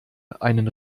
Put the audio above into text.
einen